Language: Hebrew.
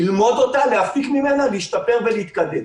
ללמוד אותה, להפיק ממנה, להשתפר ולהתקדם.